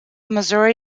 missouri